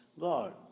God